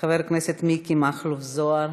חבר הכנסת מיקי מכלוף זוהר,